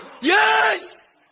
Yes